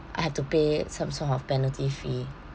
I have to pay some sort of penalty fee